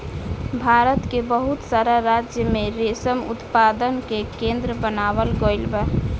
भारत के बहुत सारा राज्य में रेशम उत्पादन के केंद्र बनावल गईल बा